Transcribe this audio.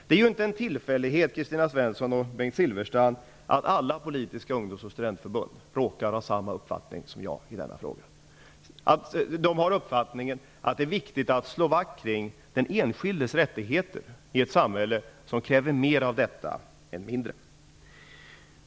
Det är ju ingen tillfällighet, Kristina Svensson och Bengt Silfverstrand, att alla politiska ungdoms och studentförbund har samma uppfattning som jag i denna fråga. De har uppfattningen att det är viktigt att slå vakt om den enskildes rättigheter i ett samhälle som snarare kräver mer av detta än mindre.